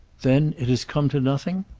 then it has come to nothing?